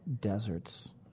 deserts